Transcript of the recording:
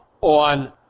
on